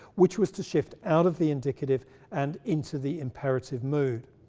which was to shift out of the indicative and into the imperative mood.